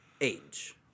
Age